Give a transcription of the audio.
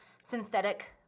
synthetic